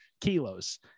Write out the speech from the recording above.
kilos